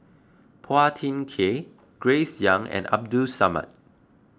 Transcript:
Phua Thin Kiay Grace Young and Abdul Samad